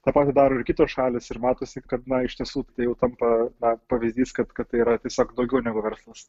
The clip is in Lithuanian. tą patį daro ir kitos šalys ir matosi kad na iš tiesų tai jau tampa na pavyzdys kad kad tai yra tiesiog daugiau negu verslas